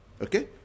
Okay